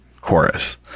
chorus